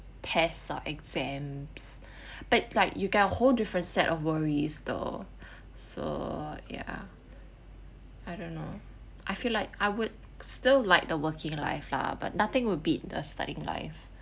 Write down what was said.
test our exams but like you got a hold different set of worries though so ya I don't know I feel like I would still like the working life lah but nothing would beat the studying life